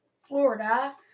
Florida